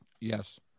Yes